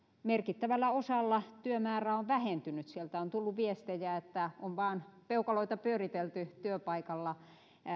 merkittävällä osalla työmäärä on vähentynyt sieltä on tullut viestejä että on vain peukaloita pyöritelty työpaikalla